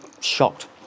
shocked